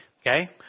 Okay